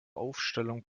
aufstellung